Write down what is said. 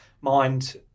mind